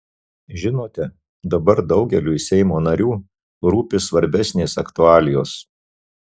žinote dabar daugeliui seimo narių rūpi svarbesnės aktualijos